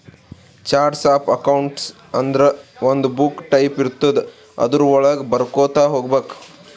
charts of accounts ಅಂದುರ್ ಒಂದು book type ಇರ್ತುದ್ ಅದುರ್ ವಳಾಗ ಬರ್ಕೊತಾ ಹೋಗ್ಬೇಕ್